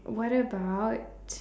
what about